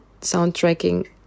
soundtracking